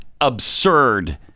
absurd